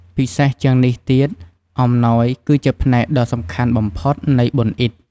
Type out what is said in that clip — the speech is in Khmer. ពិសេសជាងនេះទៀត អំណោយគឺជាផ្នែកដ៏សំខាន់បំផុត នៃបុណ្យអ៊ីឌ។